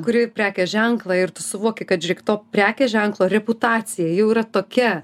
kurį prekės ženklą ir tu suvoki kad žiūrėk to prekės ženklo reputacija jau yra tokia